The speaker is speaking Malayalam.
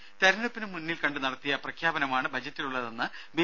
രും തെരഞ്ഞെടുപ്പ് മുന്നിൽ കണ്ട് നടത്തിയ പ്രഖ്യാപനമാണ് ബജറ്റിലുള്ളതെന്ന് ബി